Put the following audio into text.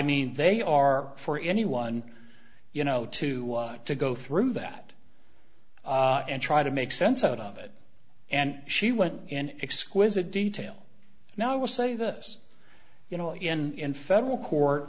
mean they are for anyone you know to to go through that and try to make sense out of it and she went in exquisite detail now i will say this you know in federal court